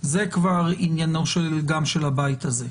זה כבר עניינו של הבית הזה.